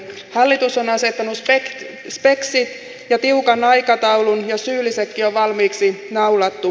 hallitus on asettanut speksit ja tiukan aikataulun ja syyllisetkin on valmiiksi naulattu